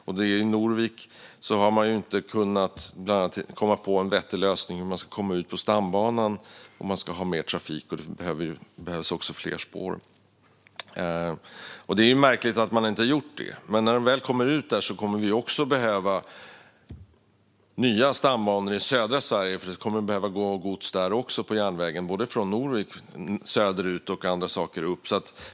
I Norvik har man inte kunnat komma på en bättre lösning för hur man ska komma ut på stambanan om man ska ha mer trafik, och det behövs också fler spår. Det är märkligt att man inte har gjort det, men när man väl kommer ut kommer vi också att behöva nya stambanor i södra Sverige. Det kommer att behöva gå gods på järnvägen där också, både från Norvik söderut och även uppåt.